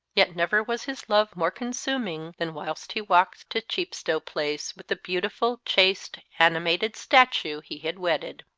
yet never was his love more consuming than whilst he walked to chepstow place with the beautiful, chaste, animated statue he had wedded.